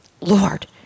Lord